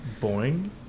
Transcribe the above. Boing